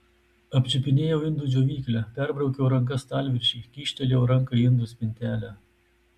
apčiupinėjau indų džiovyklę perbraukiau ranka stalviršį kyštelėjau ranką į indų spintelę